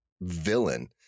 villain